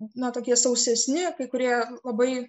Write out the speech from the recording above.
na tokie sausesni kai kurie labai